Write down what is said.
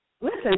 listen